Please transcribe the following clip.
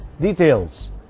Details